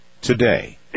today